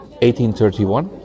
1831